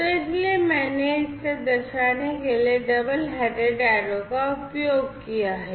तो इसीलिए मैंने इससे दर्शाने के लिए डबल headed arrow का उपयोग किया है